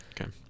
Okay